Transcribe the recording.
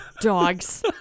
Dogs